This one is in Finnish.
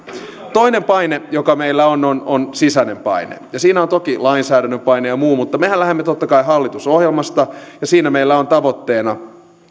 toinen paine joka meillä on on on sisäinen paine siinä on toki lainsäädännön paine ja muu mutta mehän lähdemme totta kai hallitusohjelmasta ja siinä meillä on tavoitteena